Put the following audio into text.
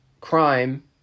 crime